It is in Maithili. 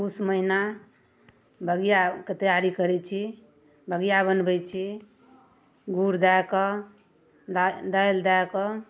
पूस महिना बगिआके तैआरी करै छी बगिआ बनबै छी गूड़ दऽ कऽ दाल दालि दऽ कऽ